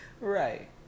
right